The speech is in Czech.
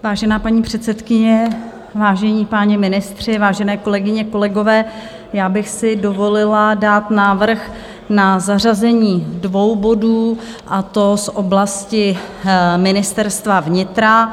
Vážená paní předsedkyně, vážení páni ministři, vážené kolegyně, kolegové, já bych si dovolila dát návrh na zařazení dvou bodů, a to z oblasti Ministerstva vnitra.